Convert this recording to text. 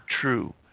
true